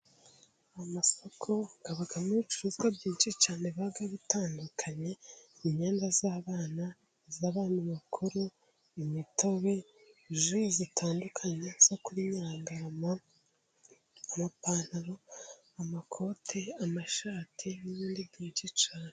Amasoko abamo ibicuruzwa byinshi cyane，biba bitandukanye，imyenda y'abana，iy'abantu bakuru，imitobe，ji zitandukanye zo kuri Nyirangarama， amapantaro， amakote，amashati n'ibindi byinshi cyane.